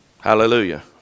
Hallelujah